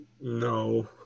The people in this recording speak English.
no